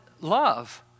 love